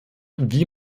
wie